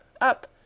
up